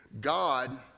God